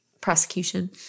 prosecution